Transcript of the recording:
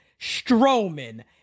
Strowman